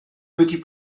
petits